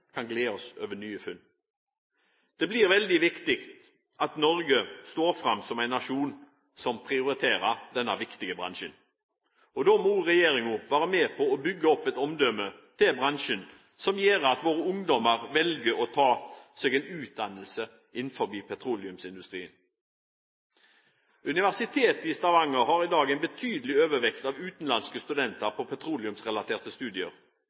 kan glede oss over nye funn. Det er veldig viktig at Norge står fram som en nasjon som prioriterer denne viktige bransjen. Da må regjeringen være med på å bygge opp bransjens omdømme som gjør at våre ungdommer velger å ta utdannelse innenfor petroleumsindustrien. Universitetet i Stavanger har i dag en betydelig overvekt av utenlandske studenter på petroleumsrelaterte studier.